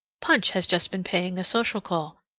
punch has just been paying a social call,